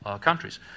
countries